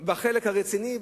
בחלק הרציני,